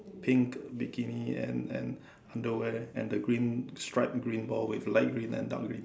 pink bikini and and underwear and the green striped green ball with light green and dark green